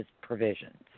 provisions